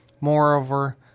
Moreover